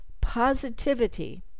positivity